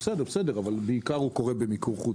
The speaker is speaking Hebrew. בסדר, אבל הוא קורה בעיקר במיקור חוץ,